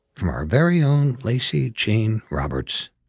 from our very own lacy jane roberts.